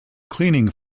cleaning